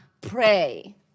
pray